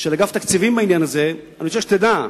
של אגף תקציבים בעניין הזה, אני רוצה שתדע: